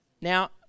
Now